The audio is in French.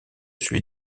celui